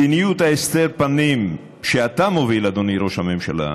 מדיניות הסתר הפנים שאתה מוביל, אדוני ראש הממשלה,